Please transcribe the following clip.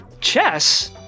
chess